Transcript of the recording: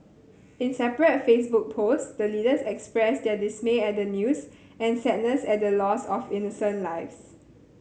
in separate Facebook post the leaders expressed their dismay at the news and sadness at the loss of innocent lives